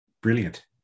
Brilliant